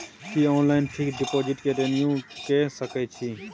की online fix deposit के renew के सकै छी?